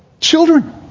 Children